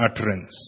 utterance